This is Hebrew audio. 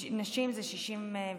נשים זה 62